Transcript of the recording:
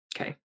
Okay